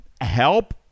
help